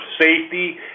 safety